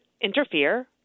interfere